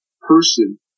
person